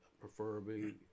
preferably